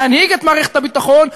להנהיג את מערכת הביטחון,